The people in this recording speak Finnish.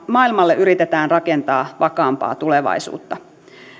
maailmalle yritetään rakentaa vakaampaa tulevaisuutta